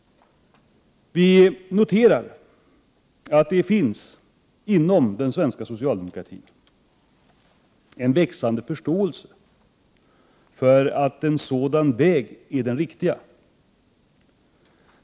Vi noterar att det inom den svenska socialdemokratin finns en växande förståelse för att den väg vi förespråkar är den riktiga.